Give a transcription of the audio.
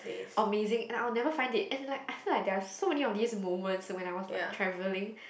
amazing and I will never find it and like I feel like there are so many of these moments when I was like travelling